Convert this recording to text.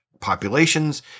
populations